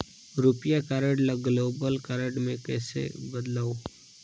रुपिया कारड ल global card मे कइसे बदलव?